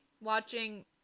Watching